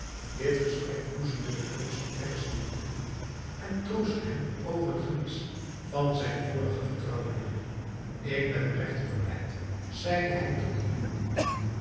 dit gesprek boezemde den prins van perzië moed in en troostte hem over het gemis van zijn vorigen vertrouweling ik ben regt verblijd zeide hij tot den juwelier